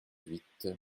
huit